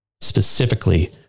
specifically